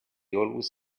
always